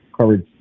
courage